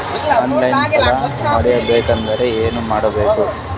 On line ಸಾಲ ಪಡಿಬೇಕಂದರ ಏನಮಾಡಬೇಕು?